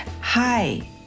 Hi